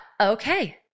okay